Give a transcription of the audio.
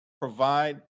provide